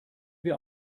wir